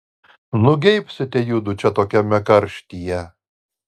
nugeibsite judu čia tokiame karštyje